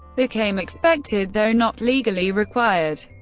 became expected, though not legally required.